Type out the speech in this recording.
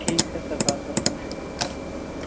ٹھیٖک حظ سَر بہٕ حظ کَرٕ کوٗشِش